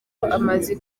amaze